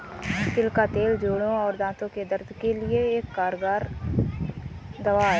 तिल का तेल जोड़ों और दांतो के दर्द के लिए एक कारगर दवा है